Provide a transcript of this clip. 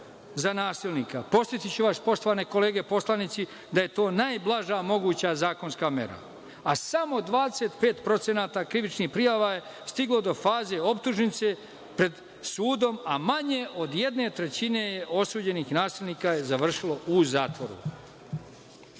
za nasilnika. Podsetiću vas, poštovane kolege poslanici, da je to najblaža moguća zakonska mera, a samo 25% krivičnih prijava je stiglo do faze optužnice pred sudom, a manje od jedne trećine je osuđenih nasilnika završilo u zatvoru. Inače,